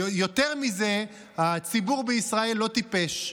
יותר מזה, הציבור בישראל לא טיפש.